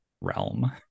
realm